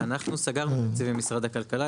אנחנו סגרנו תקציב עם משרד הכלכלה.